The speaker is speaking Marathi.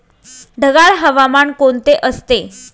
ढगाळ हवामान कोणते असते?